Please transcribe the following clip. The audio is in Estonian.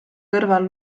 kõrval